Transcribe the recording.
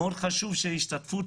ומאוד חשוב שתהיה השתתפות